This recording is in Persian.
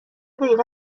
دقیقه